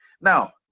now